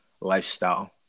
lifestyle